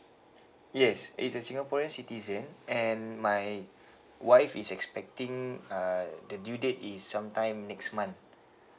yes it's a singaporean citizen and my wife is expecting uh the due date is some time next month